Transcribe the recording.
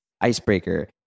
icebreaker